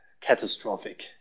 Catastrophic